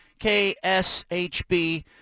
KSHB